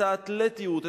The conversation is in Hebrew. אתלטיות,